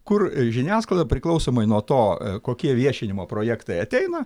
kur žiniasklaida priklausomai nuo to kokie viešinimo projektai ateina